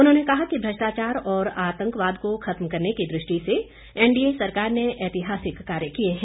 उन्होंने कहा कि भ्रष्टाचार और आतंकवाद को खत्म करने की दृष्टि से एनडीए सरकार ने ऐतिहासिक कार्य किए हैं